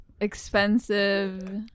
expensive